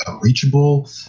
reachable